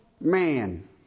man